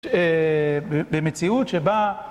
במציאות שבה...